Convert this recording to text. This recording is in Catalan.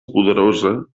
poderosa